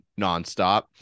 nonstop